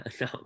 No